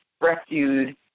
rescued